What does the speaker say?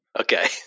Okay